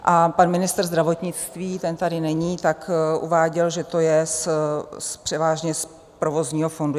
A pan ministr zdravotnictví ten tady není uváděl, že to je převážně z provozního fondu.